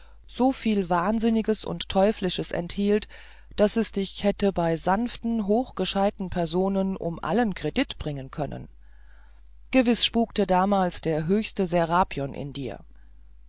so viel wahnsinniges und teuflisches enthielt daß es dich hätte bei sanften hochgescheiten personen um allen kredit bringen können gewiß spukte damals der höchste serapionismus in dir